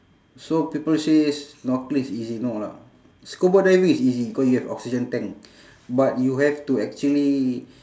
so people say snorkeling is easy no lah scuba diving is easy cause you have oxygen tank but you have to actually